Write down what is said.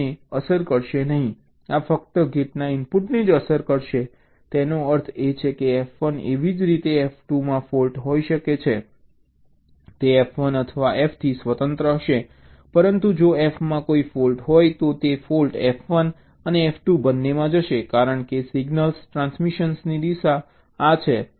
આ ફક્ત આ ગેટના ઇનપુટને અસર કરશે તેનો અર્થ એ કે F1 એવી જ રીતે F2 માં ફૉલ્ટ હોઈ શકે છે તે F1 અથવા F થી સ્વતંત્ર હશે પરંતુ જો F માં કોઈ ફૉલ્ટ હોય તો તે ફૉલ્ટ F1 અને F2 બંનેમાં જશે કારણ કે સિગ્નલ ટ્રાન્સમિશન ની દિશા આ છે